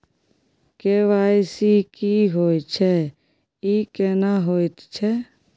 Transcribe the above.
KYC की होय छै, ई केना होयत छै?